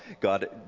God